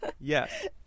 Yes